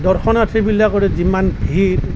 দৰ্শনাৰ্থীবিলাকৰ যিমান ভিৰ